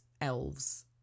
elves